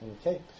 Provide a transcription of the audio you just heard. Okay